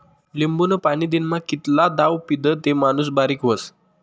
लिंबूनं पाणी दिनमा कितला दाव पीदं ते माणूस बारीक व्हस?